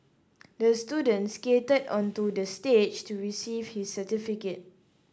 the students skated onto the stage to receive his certificate